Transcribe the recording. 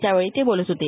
त्यावेळी ते बोलत होते